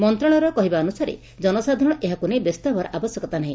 ମନ୍ତଶାଳୟର କହିବା ଅନୁସାରେ ଜନସାଧାରଣ ଏହାକୁ ନେଇ ବ୍ୟସ୍ତ ହେବାର ଆବଶ୍ୟକତା ନାହି